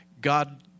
God